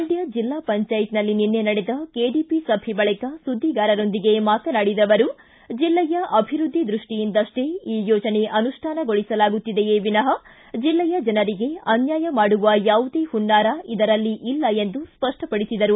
ಮಂಡ್ಲ ಜಿಲ್ಲಾ ಪಂಚಾಯತ್ನಲ್ಲಿ ನಿನ್ನೆ ನಡೆದ ಕೆಡಿಪಿ ಸಭೆ ಬಳಿಕ ಸುದ್ದಿಗಾರರೊಂದಿಗೆ ಮಾತನಾಡಿದ ಅವರು ಜಿಲ್ಲೆಯ ಅಭಿವೃದ್ದಿ ದೃಷ್ಟಿಯಿಂದಷ್ಟೇ ಈ ಯೋಜನೆ ಅನುಷ್ಠಾನಗೊಳಿಸಲಾಗುತ್ತಿದೆಯೇ ವಿನಃ ಜಿಲ್ಲೆಯ ಜನರಿಗೆ ಅನ್ವಾಯ ಮಾಡುವ ಯಾವುದೇ ಹುನ್ನಾರ ಇದರಲ್ಲಿ ಇಲ್ಲ ಎಂದು ಸ್ಪಷ್ಟಪಡಿಸಿದರು